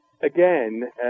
Again